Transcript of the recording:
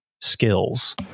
skills